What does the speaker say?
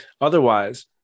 Otherwise